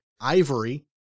Ivory